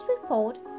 report